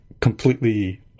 completely